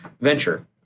venture